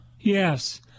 Yes